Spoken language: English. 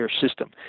system